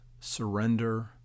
surrender